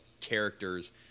characters